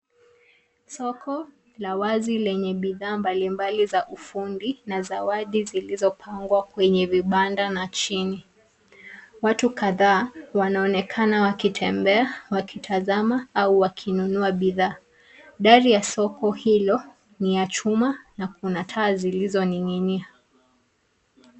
Soko la wazi lenye bidhaa mbalimbali za ufundi na zawadi zilizopangwa kwenye vibanda na chini. Watu kadhaa wanaonekana wakitembea, wakitazama au kununua bidhaa. Dari ya soko hilo ni ya chuma na kuna taa zilizoning'inia.